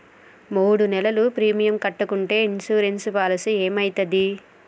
మూడు నెలలు ప్రీమియం కట్టకుంటే ఇన్సూరెన్స్ పాలసీకి ఏమైతది?